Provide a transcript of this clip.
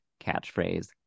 catchphrase